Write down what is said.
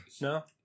No